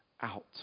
out